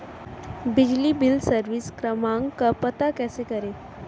बिजली bill service क्रमांक का पता कैसे करें?